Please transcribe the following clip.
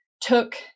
took